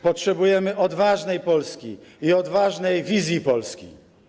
Potrzebujemy odważnej Polski i odważnej wizji Polski.